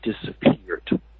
Disappeared